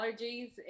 allergies